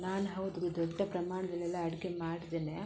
ನಾನು ಹೌದು ದೊಡ್ಡ ಪ್ರಮಾಣದಲೆಲ್ಲ ಅಡುಗೆ ಮಾಡಿದ್ದೇನೇ